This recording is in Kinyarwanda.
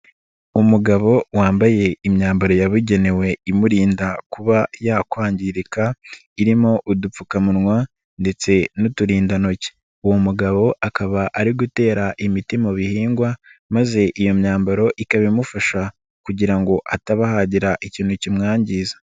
Umugabo wambaye imyambaro yabugenewe imurinda kuba yakwangirika, irimo udupfukamunwa ndetse n'uturindantoki. Uwo mugabo akaba ari gutera imiti mu bihingwa maze iyo myambaro ikabi imufasha kugira ngo ataba hagira ikintu kimwangiza.